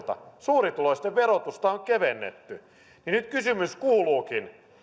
suurituloisten verotusta on kevennetty nyt kysymys kuuluukin